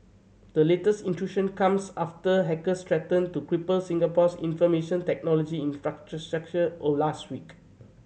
the latest intrusion comes after hackers threatened to cripple Singapore's information technology infrastructure or last week